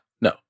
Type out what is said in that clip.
No